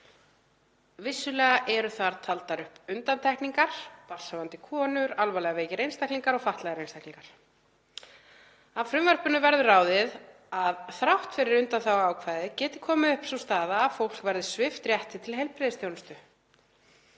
Vissulega eru þar taldar upp undantekningar; barnshafandi konur, alvarlega veikir einstaklingar og fatlaðir einstaklingar. Af frumvarpinu verður ráðið að þrátt fyrir undanþáguákvæði geti komið upp sú staða að fólk verði svipt rétti til heilbrigðisþjónustu.